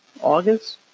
August